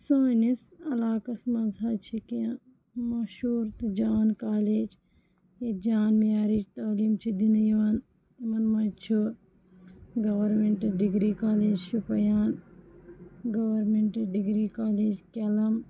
سٲنِس علاقَس منٛز حظ چھِ کینٛہہ مہشوٗر تہٕ جان کالج ییٚتہِ جان معیارٕچ تعلیٖم چھِ دِنہٕ یِوان یِمَن منٛز چھُ government degree college Shopian government degree college کیٚلَم